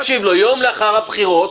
לאחר הבחירות,